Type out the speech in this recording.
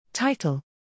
Title